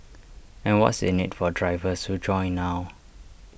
and what's in IT for drivers who join now